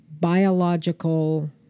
biological